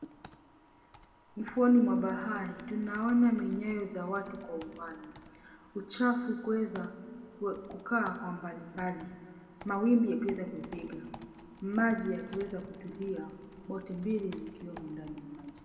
Ufuoni mwa bahari tunaona minyayo za watu kwa umbali. Uchafu kuweza kukaa kwa mbali mbali. Mawimbi yakiweza kupiga. Maji yakiweza kutulia, boti mbili zikiwemo ndani ya maji.